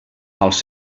als